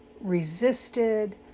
resisted